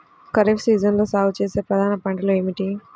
ఖరీఫ్ సీజన్లో సాగుచేసే ప్రధాన పంటలు ఏమిటీ?